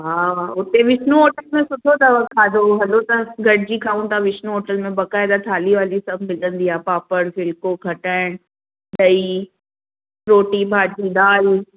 हा हा हुते विष्नू होटल में सुठो अथव खाधो हलो त गॾिजी खाऊं था विष्नू होटल में बक़ाइदा थाली वाली सभु मिलंदी आहे पापड़ फुलिको खटाइणु ॾई रोटी बाटी दाल